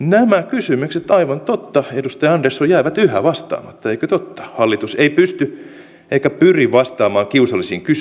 avataan aivan totta edustaja andersson nämä kysymykset jäävät yhä vastaamatta eikö totta hallitus ei pysty eikä pyri vastaamaan kiusallisiin